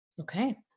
Okay